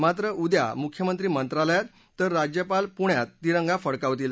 मात्र उद्या मुख्यमंत्री मंत्रालयात तर राज्यपाल पुण्यात तिरंगा फडकावतील